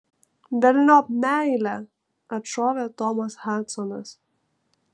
velniop meilę atšovė tomas hadsonas